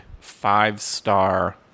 five-star